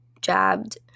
jabbed